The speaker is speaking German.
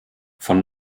von